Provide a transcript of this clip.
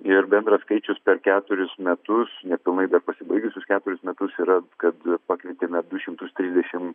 ir bendras skaičius per keturis metus nepilnai dar pasibaigusius keturis metus yra kad pavietėme du šimtus trisdešim